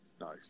Nice